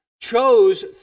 chose